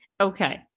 okay